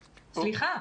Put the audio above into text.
סליחה.